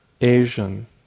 Asian